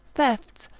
thefts,